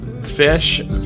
fish